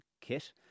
kit